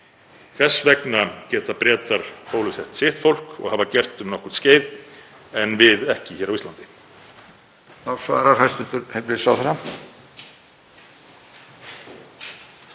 Hvers vegna geta Bretar bólusett sitt fólk og hafa gert um nokkurt skeið en við ekki hér á Íslandi?